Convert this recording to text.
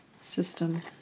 system